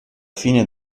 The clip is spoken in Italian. fine